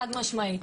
חד משמעית.